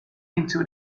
into